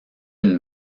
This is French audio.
une